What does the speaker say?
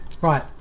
Right